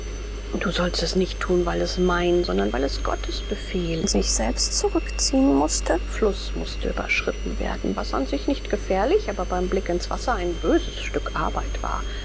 du sollst es tun nicht weil es mein sondern weil es gottes befehl ist der fluß mußte überschritten werden was an sich nicht gefährlich aber beim blick ins wasser ein böses stück arbeit war